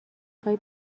خوای